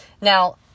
Now